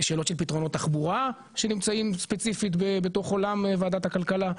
שאלות של פתרונות תחבורה שנמצאים ספציפית בוועדת הכלכלה.